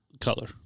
color